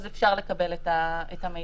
אז אפשר לקבל את המידע הזה.